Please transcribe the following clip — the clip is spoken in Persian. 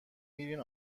میرین